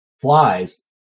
flies